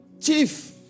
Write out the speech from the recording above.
Chief